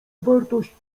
wartość